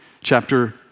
chapter